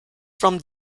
from